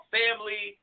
family